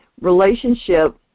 relationship